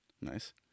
Nice